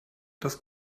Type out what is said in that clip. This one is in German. das